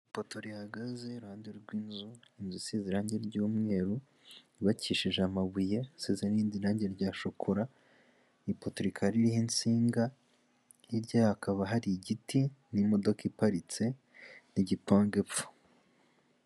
Ipoto rihagaze iruhande rw'inzu, inzu isize irange ry'umweru, yubakishije amabuye asize irange rya shokora, iri poto rikaba ririho insinga ,hirya hakaba hari igiti n'imodoka iparitse n'igipangu epfo.